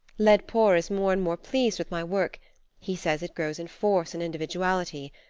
laidpore is more and more pleased with my work he says it grows in force and individuality.